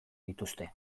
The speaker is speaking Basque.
dituzte